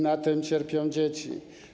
Na tym cierpią dzieci.